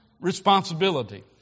responsibility